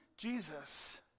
Jesus